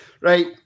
Right